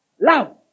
Love